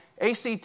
ACT